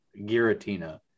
giratina